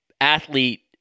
athlete